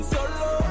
Solo